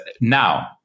Now